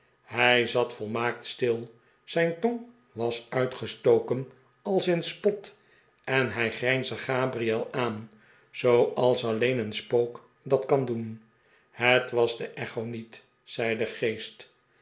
hij zat volmaakt stil zijn tong was uitgestoken als in spot en hij grijnsde gabriel aan zooals alleen een spook dat kan doen het was de echo niet zei de geest